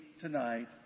tonight